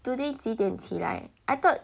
today 几点起来 I thought